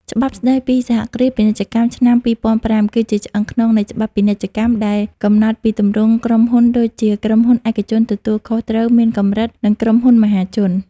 ច្បាប់ស្ដីពីសហគ្រាសពាណិជ្ជកម្មឆ្នាំ ២០០៥ គឺជាឆ្អឹងខ្នងនៃច្បាប់ពាណិជ្ជកម្ម ដែលកំណត់ពីទម្រង់ក្រុមហ៊ុនដូចជា ក្រុមហ៊ុនឯកជនទទួលខុសត្រូវមានកម្រិត និងក្រុមហ៊ុនមហាជន។